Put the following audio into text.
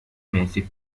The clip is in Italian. mesi